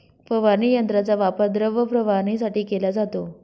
फवारणी यंत्राचा वापर द्रव फवारणीसाठी केला जातो